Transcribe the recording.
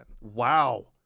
Wow